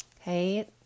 Okay